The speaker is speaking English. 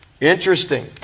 interesting